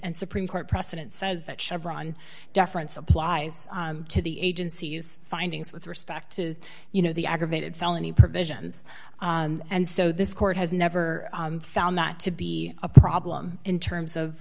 and supreme court precedent says that chevron deference applies to the agency's findings with respect to you know the aggravated felony provisions and so this court has never found that to be a problem in terms of